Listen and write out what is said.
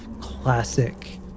classic